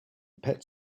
pet